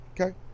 Okay